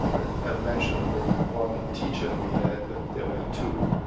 you know i've i've mentioned already one teacher we had, but there were two,